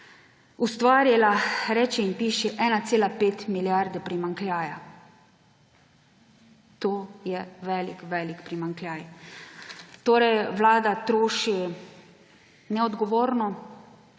ustvarila, reči in piši, 1,5 milijarde primanjkljaja. To je velik velik primanjkljaj. Vlada troši neodgovorno